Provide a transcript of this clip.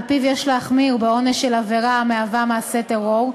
שעל-פיו יש להחמיר בעונש של עבירה המהווה מעשה טרור,